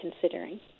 considering